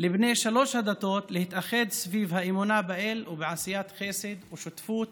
לבני שלוש הדתות להתאחד סביב האמונה באל ובעשיית חסד ושותפות